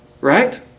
right